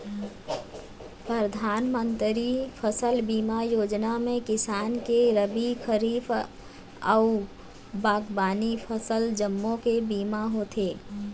परधानमंतरी फसल बीमा योजना म किसान के रबी, खरीफ अउ बागबामनी फसल जम्मो के बीमा होथे